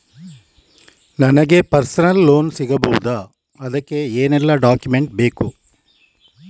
ನನಗೆ personal loan ಸಿಗಬಹುದ ಅದಕ್ಕೆ ಏನೆಲ್ಲ ಡಾಕ್ಯುಮೆಂಟ್ ಬೇಕು?